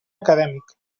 acadèmic